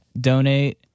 Donate